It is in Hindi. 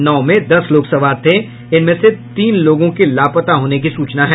नाव में दस लोग सवार थे जिसमें से तीन लोगों के लापता होने की सूचना है